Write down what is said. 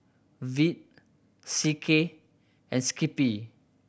Veet C K and Skippy